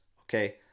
okay